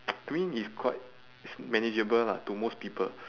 I mean it's quite it's manageable lah to most people